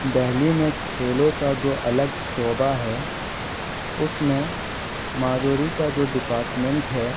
دہلی میں کھیلوں کا جو الگ شعبہ ہے اس میں معذوری کا جو ڈپارٹمنٹ ہے